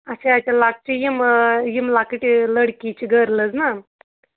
اچھا اچھا لۄکچہِ یِم یِم لۄکٕٹۍ لٔڑکی چھِ گٔرلٕز نہ